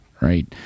right